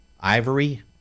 Ivory